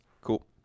Cool